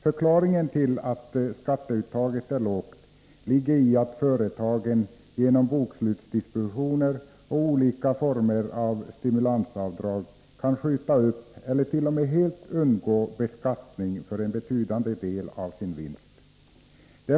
Förklaringen till att skatteuttaget är lågt ligger i att företagen genom bokslutsdispositioner och olika former av stimulansavdrag kan skjuta upp eller t.o.m. helt undgå beskattning för en betydande del av sin vinst.